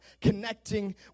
connecting